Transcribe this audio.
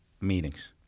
meetings